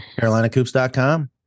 CarolinaCoops.com